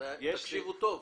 תקשיבו היטב,